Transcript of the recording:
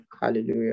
Hallelujah